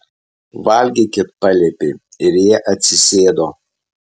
valgykit paliepė ir jie atsisėdo